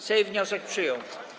Sejm wniosek przyjął.